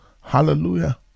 hallelujah